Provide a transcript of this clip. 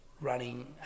running